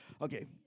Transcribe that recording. Okay